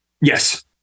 Yes